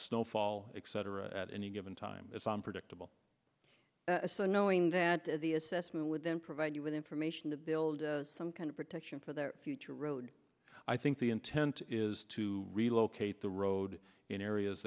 snowfall exciter at any given time it's unpredictable so knowing that the assessment would then provide you with information to build some kind of protection for their future road i think the intent is to relocate the road in areas